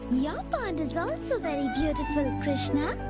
yeah ah pond is also very beautiful, krishna.